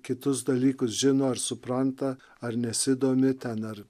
kitus dalykus žino ar supranta ar nesidomi ten ar